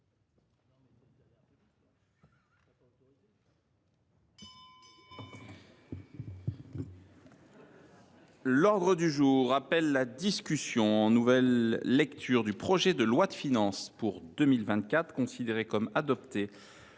L’ordre du jour appelle la discussion en nouvelle lecture du projet de loi de finances pour 2024, considéré comme adopté